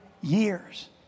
years